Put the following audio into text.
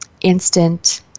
instant